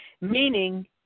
Meaning